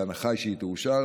בהנחה שהיא תאושר,